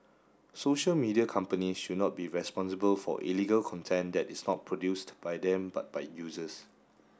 social media companies should not be responsible for illegal content that is not produced by them but by users